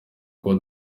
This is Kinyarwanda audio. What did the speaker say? kuba